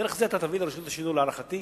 דרך זה אתה תביא לרשות השידור, להערכתי,